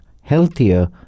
healthier